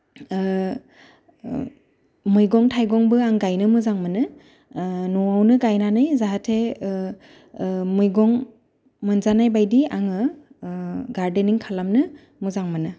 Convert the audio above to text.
मैगं थाइगंबो आं गायनो मोजां मोनो न'आवनो गायनानै जाहाथे मैगं मोनजानाय बायदि आङो गार्डेनिं खालामनो मोजां मोनो